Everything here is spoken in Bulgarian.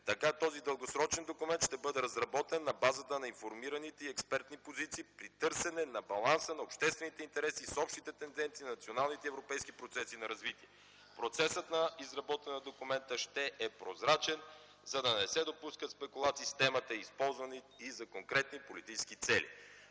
Така този дългосрочен документ ще бъде разработен на базата на информираните експертни позиции при търсене на баланса на обществените интереси с общите тенденции и националните и европейски процеси на развитие. РЕПЛИКИ ОТ КБ: Времето! МИНИСТЪР-ПРЕДСЕДАТЕЛ БОЙКО БОРИСОВ: Процесът на изработване на документа ще е прозрачен, за да не се допускат спекулации с темата, използвани за конкретни политически цели.